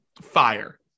fire